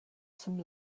some